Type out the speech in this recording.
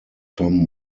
tom